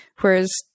whereas